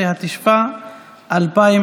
19), התשפ"א 2021,